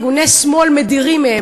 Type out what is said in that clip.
ארגוני שמאל מדירים מהם.